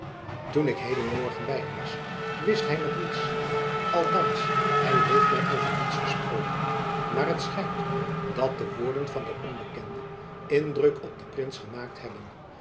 toen ik heden morgen by hem was wist hy nog niets althands hy heeft my over niets gesproken maar het schijnt dat de woorden van den onbekende indruk op den prins gemaakt hebben